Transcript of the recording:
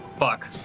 Fuck